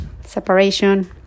separation